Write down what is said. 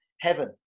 heaven